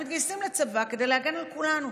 הם מתגייסים לצבא כדי להגן על כולנו.